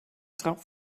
trap